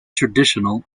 traditional